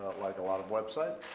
like a lot of websites,